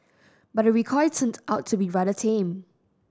but the recoil turned out to be rather tame